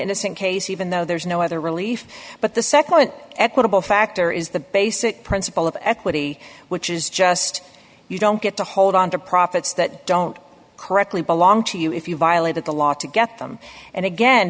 innocent case even though there's no other relief but the nd an equitable factor is the basic principle of equity which is just you don't get to hold on to profits that don't correctly belong to you if you violated the law to get them and again